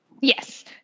Yes